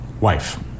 wife